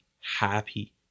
happy